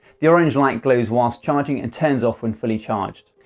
the orange light glows whilst charging and turns off when fully charged.